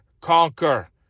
conquer